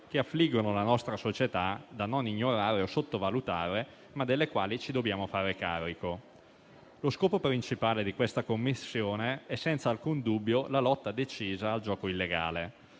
che affliggono la nostra società, da non ignorare o sottovalutare, ma delle quali ci dobbiamo fare carico. Lo scopo principale di questa Commissione è senza alcun dubbio la lotta decisa al gioco illegale.